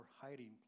hiding